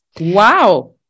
Wow